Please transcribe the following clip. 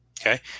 Okay